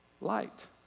light